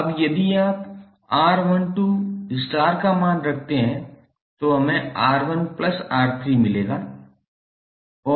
अब यदि आप 𝑅12 स्टार का मान रखते हैं तो हमें 𝑅1𝑅3 मिला है